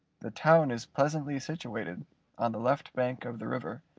the town is pleasantly situated on the left bank of the river,